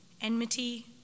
enmity